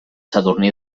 sadurní